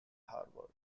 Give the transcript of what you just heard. harvard